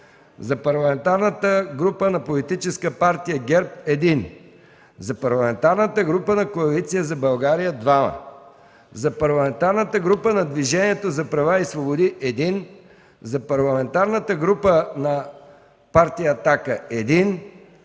за Парламентарната група на Политическа партия ГЕРБ – един; - за Парламентарната група на Коалиция за България – двама; - за Парламентарната група на Движението за права и свободи – един; - за Парламентарната група на Партия „Атака”